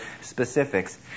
specifics